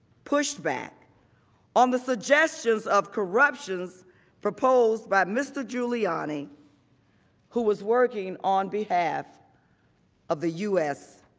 pushed back on the suggestions of corruption proposed by mr. giuliani who was working on behalf of the u s.